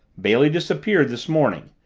bailey disappeared this morning.